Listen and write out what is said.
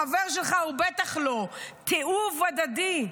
חבר שלך הוא בטח לא, תיעוב הדדי.